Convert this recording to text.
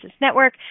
Network